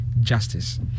justice